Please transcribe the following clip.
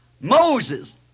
Moses